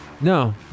No